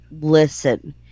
listen